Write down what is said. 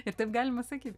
ir taip galima sakyt